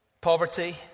poverty